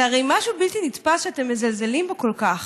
זה הרי בלתי נתפס שאתם מזלזלים בו כל כך.